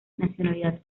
nacionalidad